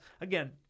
again